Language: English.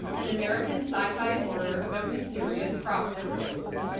an american sci-fi horror about mysterious crop circles.